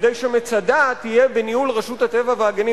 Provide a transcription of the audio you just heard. כדי שמצדה תהיה בניהול רשות הטבע והגנים